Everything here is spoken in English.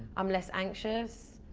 i'm less anxious.